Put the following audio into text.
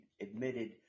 admitted